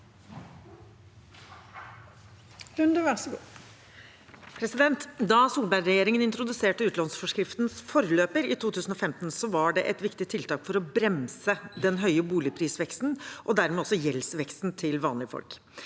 Da Solberg-re- gjeringen introduserte utlånsforskriftens forløper i 2015, var det et viktig tiltak for å bremse den høye boligprisveksten og dermed også gjeldsveksten til vanlige folk.